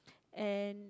and